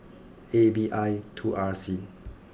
A B I two R C